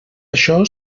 això